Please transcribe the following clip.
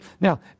Now